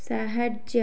ସାହାଯ୍ୟ